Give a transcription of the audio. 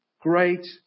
great